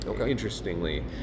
interestingly